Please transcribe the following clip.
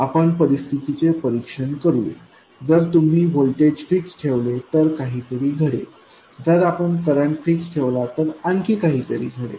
आपण परिस्थितीचे परीक्षण करूया जर तुम्ही व्होल्टेज फिक्स ठेवले तर काहीतरी घडेल जर आपण करंट फिक्स ठेवला तर आणखी काहीतरी घडेल